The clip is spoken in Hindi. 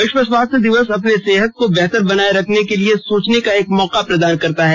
विश्व स्वास्थ्य दिवस अपने सेहत को बेहतर बनाए रखने के लिए सोचने का एक मौका प्रदान करता है